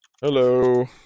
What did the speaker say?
Hello